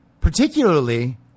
Particularly